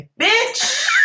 Bitch